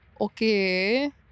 Okay